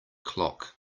clock